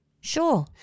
sure